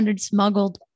smuggled